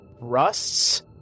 rusts